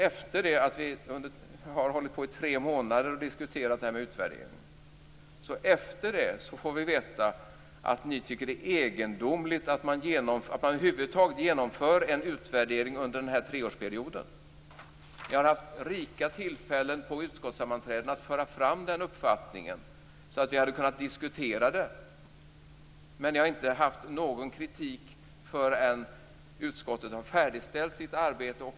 Efter det att vi i tre månader har diskuterat detta med utvärdering får vi veta att ni tycker att det är egendomligt att man över huvud taget genomför en utvärdering under denna treårsperiod. Ni har haft rika tillfällen på utskottssammanträden att föra fram den uppfattningen, så att vi hade kunnat diskutera den. Men ni har inte haft någon kritik förrän utskottet har färdigställt sitt arbete.